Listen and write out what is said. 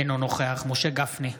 אינו נוכח משה גפני,